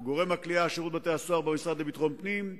שירות בתי-הסוהר במשרד לביטחון פנים,